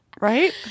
Right